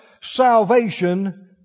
salvation